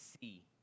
see